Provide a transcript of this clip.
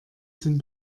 sind